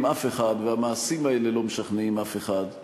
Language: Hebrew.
אף אחד והמעשים האלה לא משכנעים אף אחד,